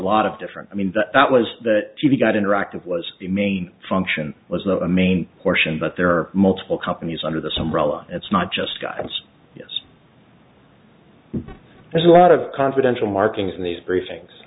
lot of different i mean that was that you got interactive was the main function was the main portion but there are multiple companies under the some relevant that's not just guidance yes there's a lot of confidential markings in these briefings